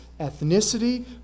ethnicity